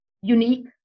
unique